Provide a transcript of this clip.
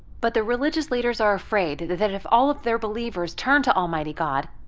but the religious leaders are afraid that that if all of their believers turn to almighty god,